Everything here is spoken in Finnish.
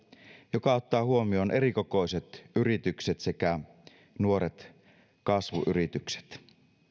joka ottaa huomioon erikokoiset yritykset sekä nuoret kasvuyritykset